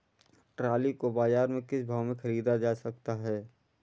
Trolley को बाजार से किस भाव में ख़रीदा जा सकता है?